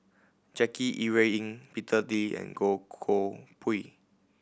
Jackie Yi Ru Ying Peter Lee and Goh Koh Pui